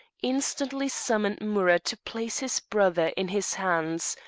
instantly summoned amurath to place his brothers in his hands,